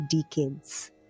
decades